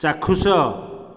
ଚାକ୍ଷୁଷ